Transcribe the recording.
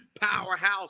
powerhouse